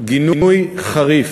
גינוי חריף.